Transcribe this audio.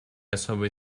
особый